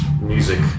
music